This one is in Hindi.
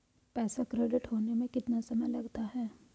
पैसा क्रेडिट होने में कितना समय लगता है?